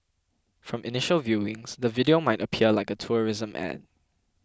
from initial viewings the video might appear like a tourism ad